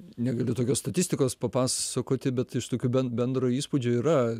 negaliu tokios statistikos papasakoti bet iš tokių bend bendro įspūdžio yra